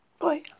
Bye